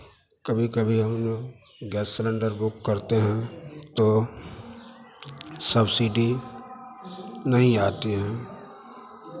कभी कभी हम जो गैस सिलेंडर बुक करते हैं तो सब्सिडी नहीं आती है